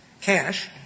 cash